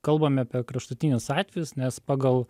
kalbame apie kraštutinius atvejus nes pagal